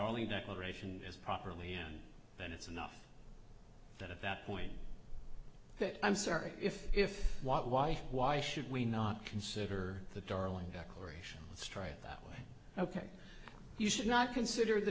dalai declaration is properly then it's enough that at that point that i'm sorry if if what why why should we not consider the darling declaration let's try it that way ok you should not consider